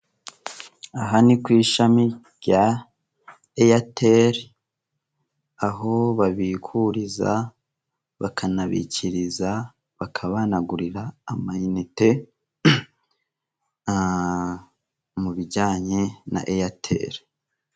Aha ni ku ishami rya Airtel aho babikuriza, bakanabikiriza, bakaba banagurira amayinite mu bijyanye na Airtel.